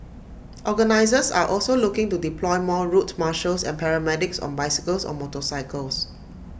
organisers are also looking to deploy more route marshals and paramedics on bicycles or motorbikes